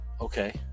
Okay